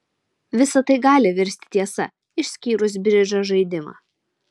visa tai gali virsti tiesa išskyrus bridžo žaidimą